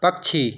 पक्षी